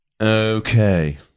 Okay